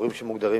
באזורים שמוגדרים